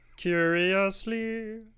Curiously